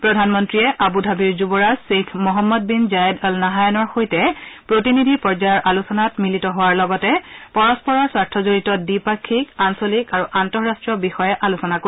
প্ৰধানমন্ত্ৰীয়ে আবুধাবিৰ যুৱৰাজ Sheikh Mohammed bin Zayed Al নাহায়ানৰ সৈতে প্ৰতিনিধি পৰ্যায়ৰ আলোচনাত মিলিত হোৱাৰ লগতে পৰস্পৰৰ স্বাৰ্থজড়িত দ্বিপাক্ষিক আঞ্চলিক আৰু আন্তঃৰাষ্ট্ৰীয় বিষয়ে আলোচনা কৰিব